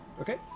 Okay